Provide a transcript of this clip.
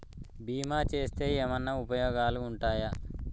బీమా చేస్తే ఏమన్నా ఉపయోగాలు ఉంటయా?